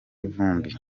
vumbi